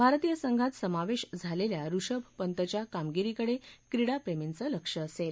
भारतीय संघात समावेश झालेल्या ऋषभ पंतच्या कामगिरीकडे क्रीडाप्रेमींचं लक्ष असेल